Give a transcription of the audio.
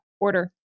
order